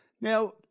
Now